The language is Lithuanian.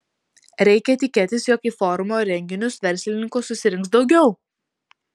reikia tikėtis jog į forumo renginius verslininkų susirinks daugiau